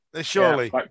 Surely